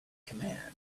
command